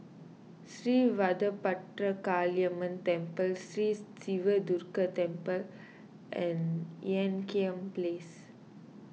Sri Vadapathira Kaliamman Temple Sri Siva Durga Temple and Ean Kiam Place